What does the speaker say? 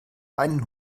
einen